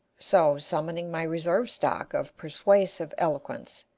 so summoning my reserve stock of persuasive eloquence,